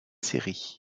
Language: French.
séries